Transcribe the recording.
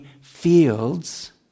fields